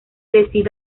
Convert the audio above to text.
decide